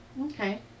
Okay